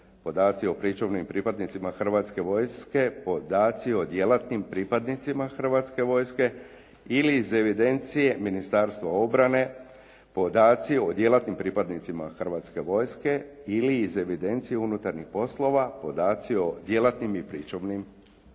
podaci o pričuvnim pripadnicima Hrvatske vojske, podaci o djelatnim pripadnicima Hrvatske vojske ili iz evidencije Ministarstva obrane podaci o djelatnim pripadnicima Hrvatske vojske ili iz evidencije unutarnjih poslova podaci o djelatnim i pričuvnim